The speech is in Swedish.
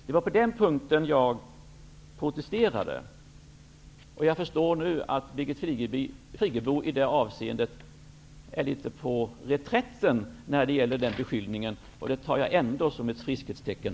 Det var på den punkten jag protesterade. Jag förstår nu att Birgit Friggebo är litet på reträtt när det gäller den beskyllningen, och det tyder jag ändå som ett friskhetstecken.